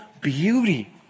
beauty